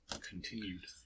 continued